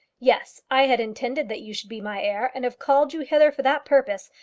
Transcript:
yes i had intended that you should be my heir, and have called you hither for that purpose.